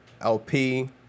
LP